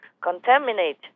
contaminate